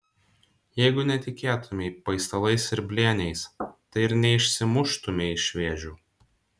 jeigu netikėtumei paistalais ir blėniais tai ir neišsimuštumei iš vėžių